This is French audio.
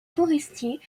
forestiers